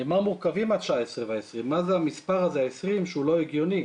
ממה מורכבים ה-19 וה-20 שהוא לא הגיוני?